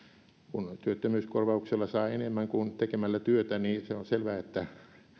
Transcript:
kun työttömyyskorvauksella saa enemmän kuin tekemällä työtä niin se on selvää että